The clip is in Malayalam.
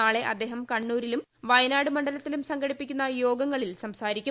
നാളെ അദ്ദേഹം കണ്ണൂരിലും വയനാട് മണ്ഡലത്തിലും സംഘടിപ്പിക്കുന്ന യോഗങ്ങളിൽ സംസാരിക്കും